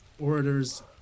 orators